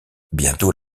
bientôt